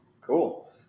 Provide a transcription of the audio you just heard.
cool